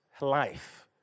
life